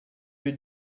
lieu